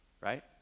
right